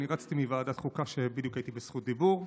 רצתי מוועדת חוקה כשבדיוק הייתי בזכות דיבור.